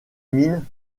mines